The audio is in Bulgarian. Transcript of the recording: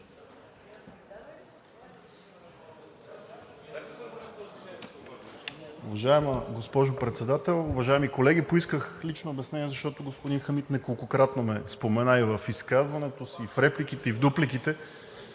Уважаема госпожо Председател, уважаеми колеги! Поисках лично обяснение, защото господин Хамид неколкократно ме спомена – и в изказването си, и в репликите, и в дупликите.